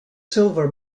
silver